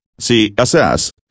CSS